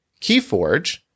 Keyforge